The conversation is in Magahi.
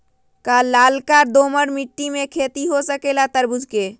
का लालका दोमर मिट्टी में खेती हो सकेला तरबूज के?